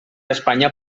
espanya